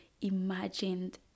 imagined